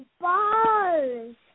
bars